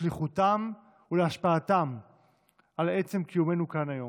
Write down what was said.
לשליחותם ולהשפעתם על עצם קיומנו כאן היום.